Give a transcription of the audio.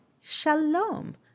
Shalom